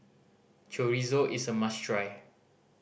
chorizo is a must try